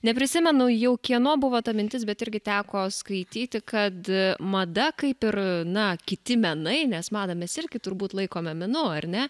neprisimenu jau kieno buvo ta mintis bet irgi teko skaityti kad mada kaip ir na kiti menai nes madą mes irgi turbūt laikome menu ar ne